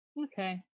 Okay